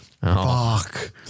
Fuck